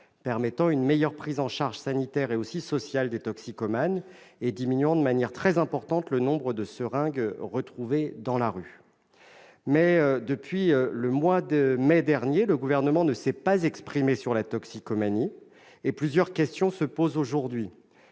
permettant une meilleure prise en charge sanitaire et sociale des toxicomanes et diminuant de manière très importante le nombre de seringues retrouvées dans la rue. Cependant, le Gouvernement ne s'étant pas exprimé sur la toxicomanie depuis mai 2017, plusieurs questions se posent aujourd'hui.